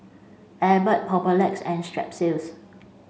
Abbott Papulex and Strepsils